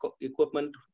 equipment